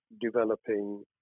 developing